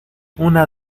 una